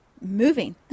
moving